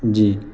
جی